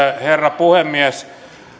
herra puhemies